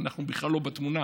אנחנו בכלל לא בתמונה,